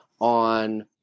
on